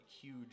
huge